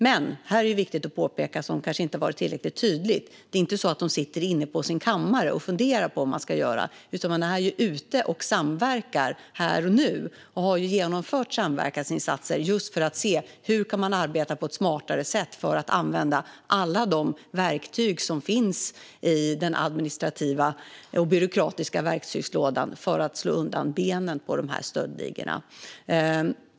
Men här är det viktigt att påpeka, vilket kanske inte varit tillräckligt tydligt, att de inte sitter inne på sin kammare och funderar på vad de ska göra, utan de är ute och samverkar här och nu. De har genomfört samverkansinsatser för att se hur de kan arbeta på ett smartare sätt och använda alla de verktyg som finns i den administrativa och byråkratiska verktygslådan för att slå undan benen på de här stöldligorna.